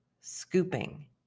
scooping